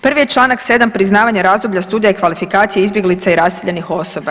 Prvi je čl. 7. priznavanje razdoblja studija i kvalifikacije izbjeglica i raseljenih osoba.